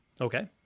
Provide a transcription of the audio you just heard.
Okay